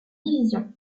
division